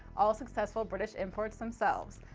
all successful british imports themselves.